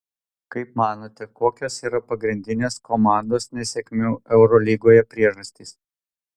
kaip manote kokios yra pagrindinės komandos nesėkmių eurolygoje priežastys